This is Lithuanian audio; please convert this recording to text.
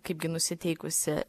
kaipgi nusiteikusi